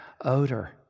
odor